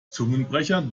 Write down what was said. zungenbrecher